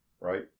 Right